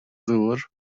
ddŵr